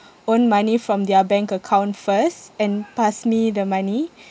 own money from their bank account first and pass me the money